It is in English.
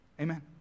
Amen